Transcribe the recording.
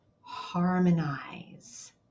harmonize